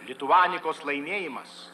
lituanikos laimėjimas